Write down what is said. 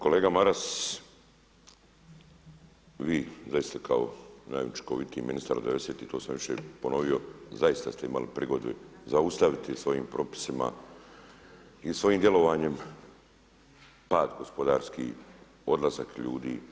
Kolega Maras, vi zaista kao najučinkovitiji ministar devedesetih, to sam više ponovio zaista ste imali prigodu zaustaviti svojim propisima i svojim djelovanjem pad gospodarski, odlazak ljudi.